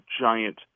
giant